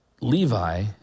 Levi